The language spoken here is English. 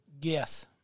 Yes